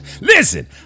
Listen